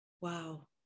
Wow